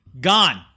gone